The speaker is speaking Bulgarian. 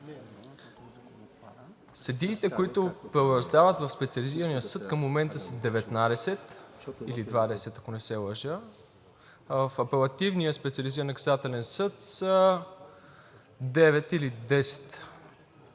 Съдиите, които правораздават в Специализирания съд към момента, са 19 или 20, ако не се лъжа, а в Апелативния специализиран наказателен съд са 9 или 10.